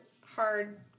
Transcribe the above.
hard